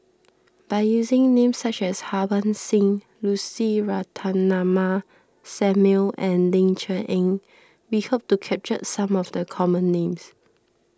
by using names such as Harbans Singh Lucy Ratnammah Samuel and Ling Cher Eng we hope to capture some of the common names